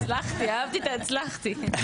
הצלחתי, אהבתי את ההצלחתי.